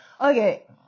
Okay